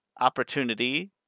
opportunity